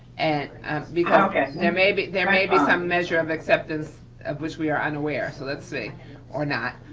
and because there may be there may be some measure of acceptance of which we are unaware. so let's see or not.